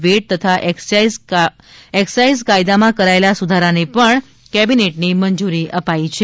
wet તથા excise કાયદા માં કરાયેલા સુધારા ને પણ કેબિનેટ ની મંજૂરી અપાઈ છે